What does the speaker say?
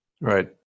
right